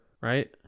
right